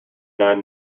nine